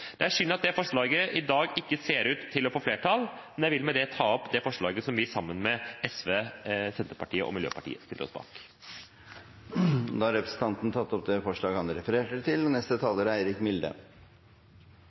Det er synd at dette forslaget i dag ikke ser ut til å få flertall, men jeg vil med dette ta opp det forslaget som vi sammen med SV, Senterpartiet og Miljøpartiet De Grønne står bak. Representanten Åsmund Aukrust har tatt opp det forslaget han refererte til.